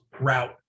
route